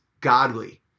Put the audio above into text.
godly